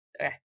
Okay